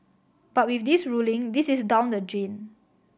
but with this ruling this is down the drain